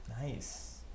nice